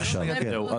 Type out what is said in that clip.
ראוי.